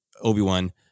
obi-wan